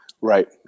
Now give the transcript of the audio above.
Right